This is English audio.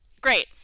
Great